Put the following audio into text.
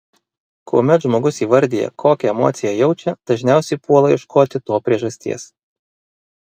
kuomet žmogus įvardija kokią emociją jaučia dažniausiai puola ieškoti to priežasties